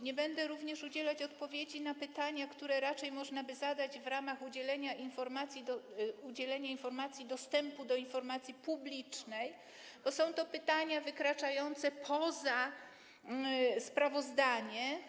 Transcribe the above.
Nie będę również udzielać odpowiedzi na pytania, które raczej można by zadać w ramach udzielania informacji o dostępie do informacji publicznej, bo są to pytania wykraczające poza sprawozdanie.